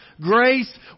grace